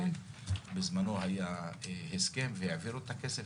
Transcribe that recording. בזמנו היה הסכם והעבירו את הכסף,